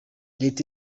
leta